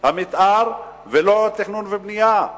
המיתאר ולא של התכנון והבנייה.